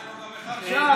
עכשיו,